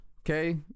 okay